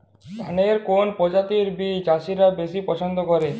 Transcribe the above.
ধানের কোন প্রজাতির বীজ চাষীরা বেশি পচ্ছন্দ করে?